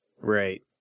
Right